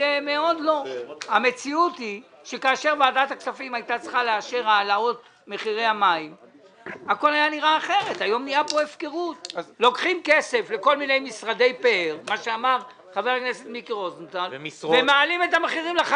איפה לא בוצעו 5. 5 מיליון שקלים שאמורים היו להיות מבוצעים?